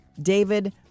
David